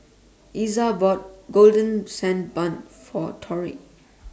Iza bought Golden Sand Bun For Torrie